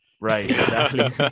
Right